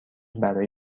برای